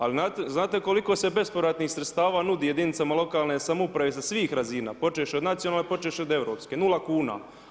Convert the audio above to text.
Ali znate koliko se bespovratnih sredstava nudi jedinicama lokalne samouprave sa svih razina, počevši od nacionalne, počevši od europske, 0 kuna.